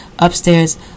Upstairs